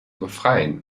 befreien